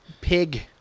pig